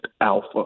Alpha